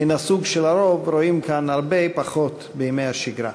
מן הסוג שלרוב רואים כאן הרבה פחות בימי השגרה.